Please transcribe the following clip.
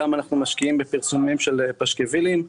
גם אנחנו משקיעים בפרסומים של פשקווילים.